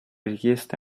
richieste